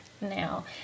now